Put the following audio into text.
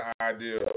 idea